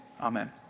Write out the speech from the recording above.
Amen